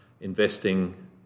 investing